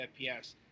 FPS